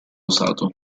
usato